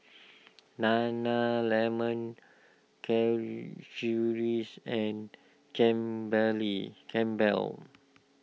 Nana Lemon and can belly Campbell's